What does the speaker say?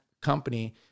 company